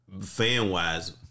fan-wise